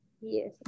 Yes